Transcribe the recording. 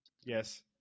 Yes